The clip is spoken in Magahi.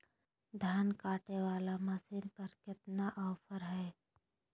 धान कटे बाला मसीन पर कितना ऑफर हाय?